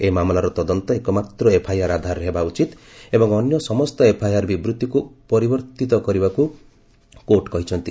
ଏହି ମାମଲାର ତଦନ୍ତ ଏକ ମାତ୍ର ଏଫଆଇଆର ଆଧାରରେ ହେବା ଉଚିତ ଏବଂ ଅନ୍ୟ ସମସ୍ତ ଏଫଆଇଆର ବିବୃଭିକୁ ପରିବର୍ତ୍ତିତ କରିବାକୁ କୋର୍ଟ କହିଛନ୍ତି